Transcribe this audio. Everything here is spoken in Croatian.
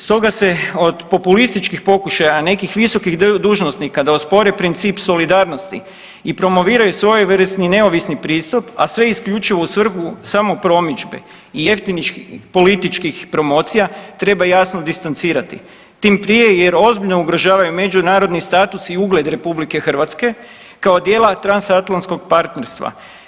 Stoga se od populističkih pokušaja nekih visokih dužnosnika da ospore princip solidarnosti i promoviraju svojevrsni neovisni pristup, a sve isključivo u svrhu samopromidžbe i jeftinih političkih promocija, treba jasno distancirati, tim prije jer ozbiljno ugrožavaju međunarodni status i ugled RH kao dijela transatlantskog partnerstva.